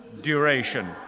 duration